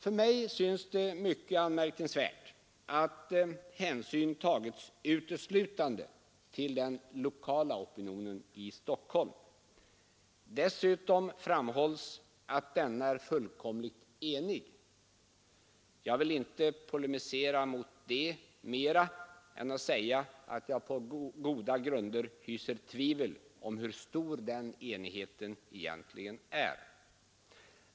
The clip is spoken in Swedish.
Det synes mycket anmärkningsvärt att hänsyn tagits uteslutande till den lokala opinionen i Stockholm. Dessutom framhålls att denna är fullkomligt enig. Jag vill inte polemisera mot detta mera än genom att säga att jag på goda grunder hyser tvivel om hur stor den enigheten egentligen är.